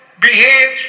behave